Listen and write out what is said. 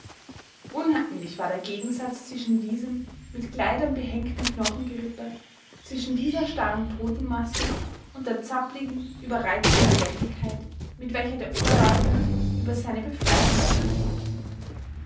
unheimlich war der gegensatz zwischen diesem mit kleidern behängten knochengerippe zwischen dieser starren totenmaske und der zappligen überreizten lebendigkeit mit welcher der oberleutnant über seine befreier herfiel